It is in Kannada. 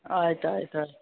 ಆಯ್ತು ಆಯ್ತು ಆಯ್ತು